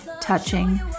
touching